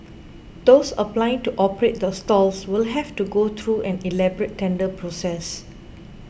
those applying to operate the stalls will have to go through an elaborate tender process